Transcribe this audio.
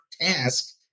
task